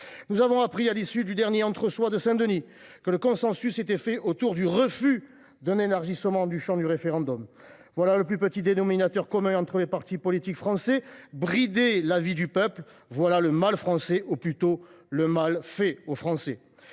Nous avons appris à l’issue du dernier « entre soi de Saint Denis » que le consensus s’était fait autour du refus d’un élargissement du champ du référendum. Voilà le plus petit dénominateur commun entre les partis politiques français : brider l’avis du peuple ! Voilà le mal français, ou plutôt le mal fait aux Français